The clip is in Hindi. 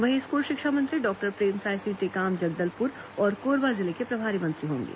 वहीं स्कूल शिक्षा मंत्री डॉक्टर प्रेमसाय सिंह टेकाम जगदलपुर और कोरबा जिले के प्रभारी मंत्री होंगे